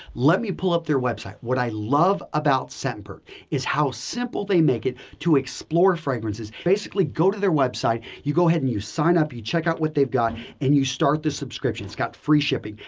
let me pull up their website. what i love about scentbird is how simple they make it to explore fragrances. basically, go to their website. you go ahead and you sign up, you check out what they've got and you start the subscription. it's got free shipping.